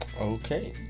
Okay